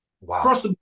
Wow